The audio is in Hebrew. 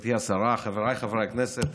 גברתי השרה, חבריי חברי הכנסת,